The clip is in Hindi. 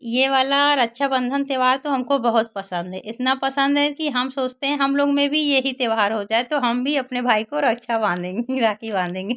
यह वाला रक्षा बंधन त्यौहार तो हमको बहुत पसंद है इतना पसंद है कि हम सोचते हैं हम लोग में भी यही त्यौहार हो जाए तो हम भी अपने भाई को रक्षा बांधेंगे राखी बांधेंगे